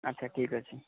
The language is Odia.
ଆଚ୍ଛା ଠିକ୍ ଅଛି